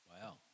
Wow